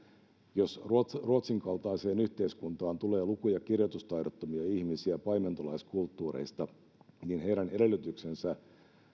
jos ruotsin ruotsin kaltaiseen yhteiskuntaan tulee luku ja kirjoitustaidottomia ihmisiä paimentolaiskulttuureista niin heidän edellytyksensä